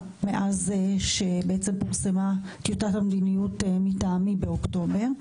מאז שפורסמה טיוטת המדיניות מטעמי באוקטובר?